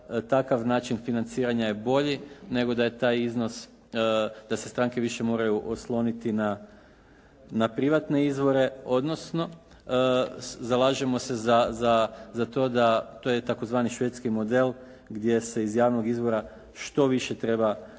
takav način financiranja je bolji, nego da je taj iznos, da se stranke više moraju osloniti na privatne izvore, odnosno zalažemo se za to da, to je tzv. švedski model gdje se iz javnog izvora što više treba